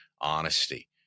honesty